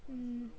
mm